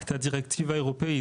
את הדירקטיבה האירופאית.